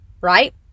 right